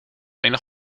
alleen